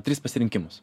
tris pasirinkimus